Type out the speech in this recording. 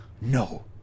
No